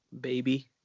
Baby